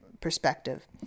perspective